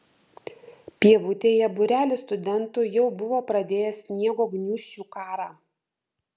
pievutėje būrelis studentų jau buvo pradėjęs sniego gniūžčių karą